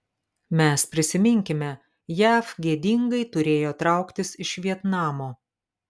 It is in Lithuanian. mes prisiminkime jav gėdingai turėjo trauktis iš vietnamo